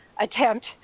attempt